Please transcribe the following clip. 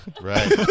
Right